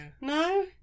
no